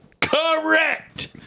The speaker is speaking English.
Correct